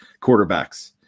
quarterbacks